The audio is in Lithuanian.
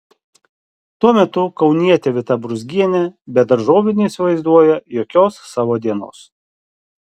tuo metu kaunietė vita brūzgienė be daržovių neįsivaizduoja jokios savo dienos